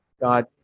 god